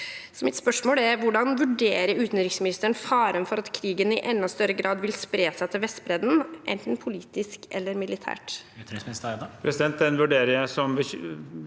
Mitt spørsmål er: Hvordan vurderer utenriksministeren faren for at krigen i enda større grad vil spre seg til Vestbredden, enten politisk eller militært?